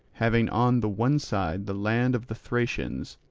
having on the one side the land of the thracians,